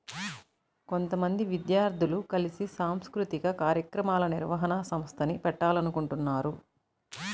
కొంతమంది విద్యార్థులు కలిసి సాంస్కృతిక కార్యక్రమాల నిర్వహణ సంస్థని పెట్టాలనుకుంటన్నారు